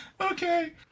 Okay